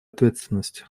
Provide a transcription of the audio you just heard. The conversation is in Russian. ответственность